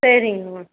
சரிங்கமா